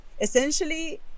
essentially